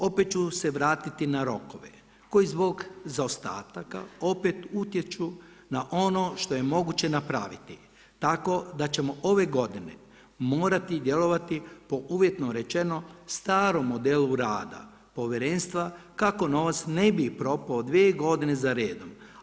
Opet ću se vratiti na rokove koji zbog zaostataka opet utječu na ono što je moguće napraviti tako da ćemo ove godine morati djelovati po uvjetno rečeno starom modelu rada povjerenstva kako novac ne bi propao dvije godine za redom.